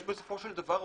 יש בסופו של דבר הורים.